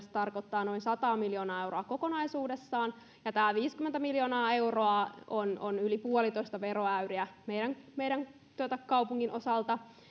se tarkoittaa noin sataa miljoonaa euroa kokonaisuudessaan tämä viisikymmentä miljoonaa euroa on on yli puolitoista veroäyriä meidän meidän kaupunkimme osalta